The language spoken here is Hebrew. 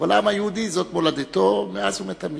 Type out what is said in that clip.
אבל העם היהודי, זאת מולדתו מאז ומתמיד.